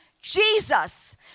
jesus